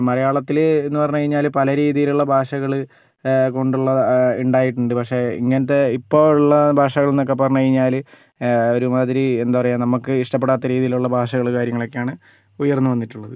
മലയാളത്തില് എന്ന് പറഞ്ഞ് കഴിഞ്ഞാല് പല രീതിയിലുള്ള ഭാഷകള് കൊണ്ടുള്ള ഉണ്ടായിട്ടുണ്ട് പക്ഷെ ഇങ്ങനത്തെ ഇപ്പോൾ ഉള്ള ഭാഷകൾ എന്നൊക്കെ പറഞ്ഞ് കഴിഞ്ഞാല് ഒരുമാതിരി എന്താ പറയുക നമുക്ക് ഇഷ്ട്ടപ്പെടാത്ത രീതിയിലുള്ള ഭാഷകള് കാര്യങ്ങളെക്കെയാണ് ഉയർന്ന് വന്നിട്ടുള്ളത്